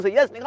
yes